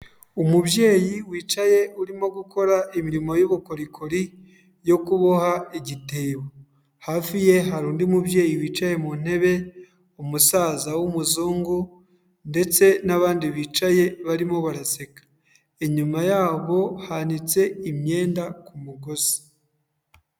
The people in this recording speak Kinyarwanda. Umubyeyi wicaye urimo gukora imirimo y'ubukorikori yo kuboha igitebo, hafi ye hari undi mubyeyi wicaye mu ntebe, umusaza w'umuzungu ndetse n'abandi bicaye barimo baraseka, inyuma yabo hanitse imyenda ku mugozi.